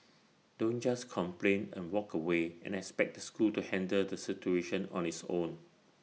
don't just complain and walk away and expect the school to handle the situation on its own